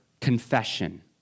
confession